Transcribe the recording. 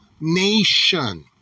nation